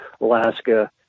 Alaska